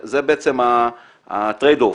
זה בעצם הטרייד אוף,